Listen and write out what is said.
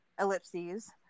ellipses